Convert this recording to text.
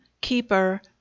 keeper